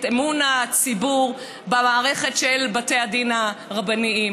את אמון הציבור במערכת של בתי הדין הרבניים.